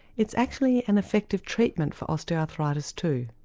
it's actually an effective treatment for osteoarthritis too.